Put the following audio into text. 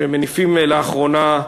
שמניפים לאחרונה,